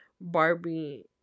barbie